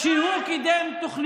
שאלתם שאלה?